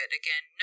again